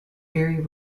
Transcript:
very